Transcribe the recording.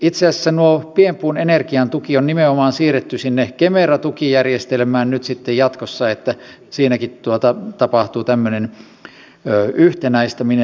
itse asiassa tuo pienpuun energiatuki on nimenomaan siirretty sinne kemera tukijärjestelmään nyt jatkossa että siinäkin tapahtuu tämmöinen yhtenäistäminen